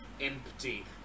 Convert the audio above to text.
empty